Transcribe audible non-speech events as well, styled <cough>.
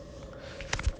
<noise>